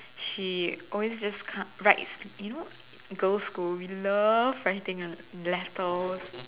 she always just kind writes you know girls' school we love writing letters